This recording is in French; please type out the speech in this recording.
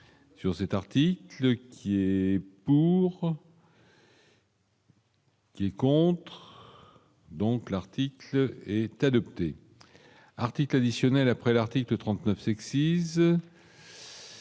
sur cet article qui est pour. Compte. Donc, l'article est adopté article additionnel après l'article 39 sexy.